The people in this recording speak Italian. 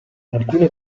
alcune